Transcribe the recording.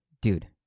dude